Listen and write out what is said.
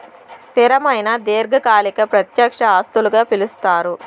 స్థిరమైన దీర్ఘకాలిక ప్రత్యక్ష ఆస్తులుగా పిలుస్తారు